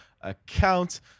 account